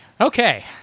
Okay